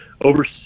Over